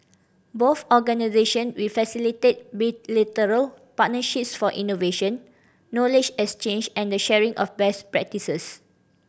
both organisation will facilitate bilateral partnerships for innovation knowledge exchange and the sharing of best practices